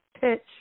pitch